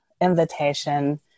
invitation